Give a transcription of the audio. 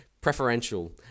preferential